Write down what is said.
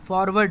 forward